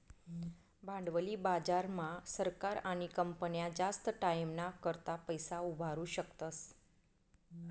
भांडवली बाजार मा सरकार आणि कंपन्या जास्त टाईमना करता पैसा उभारु शकतस